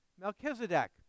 Melchizedek